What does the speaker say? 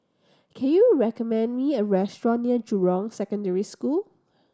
can you recommend me a restaurant near Jurong Secondary School